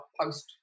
post